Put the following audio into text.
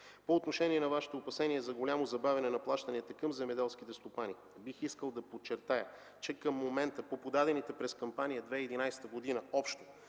По отношение на Вашето опасение за голямо забавяне на плащанията към земеделските стопани, бих искал да подчертая, че към момента по подадените през кампания 2011 г. общо